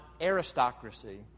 aristocracy